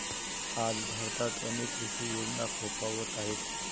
आज भारतात अनेक कृषी योजना फोफावत आहेत